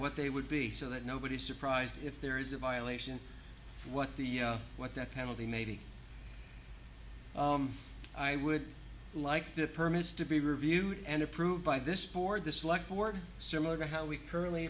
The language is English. what they would be so that nobody is surprised if there is a violation what the what that penalty maybe i would like the permits to be reviewed and approved by this board this select board similar to how we currently